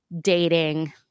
dating